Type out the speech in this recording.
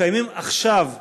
קיימים עכשיו.